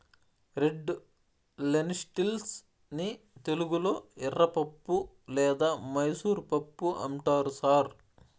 red lentils ని తెలుగులో ఎర్రపప్పు లేదా మైసూర్ పప్పు అంటారు సార్